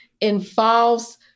involves